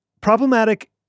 problematic